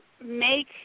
make